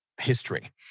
history